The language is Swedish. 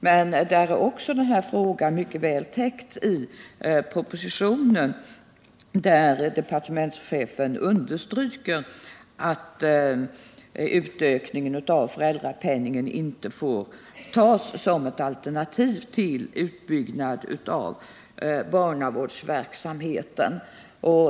Denna fråga är emellertid mycket väl täckt i propositionen, där departementschefen understryker att utökningen av föräldrapenningen inte får tas som ett alternativ till utbyggnad av barnvårdarverksamheten.